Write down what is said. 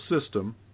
system